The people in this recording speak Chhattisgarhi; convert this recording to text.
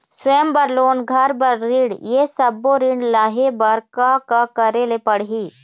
स्वयं बर लोन, घर बर ऋण, ये सब्बो ऋण लहे बर का का करे ले पड़ही?